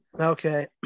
okay